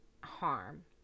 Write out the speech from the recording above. harm